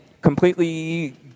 completely